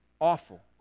Awful